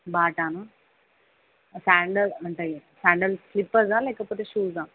బాటానా sandals ఉంటాయి sandal స్లిప్పర్సా లేకపోతే షూసా